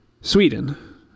Sweden